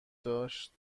داشت